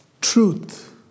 Truth